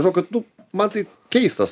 žinau kad nu man tai keistas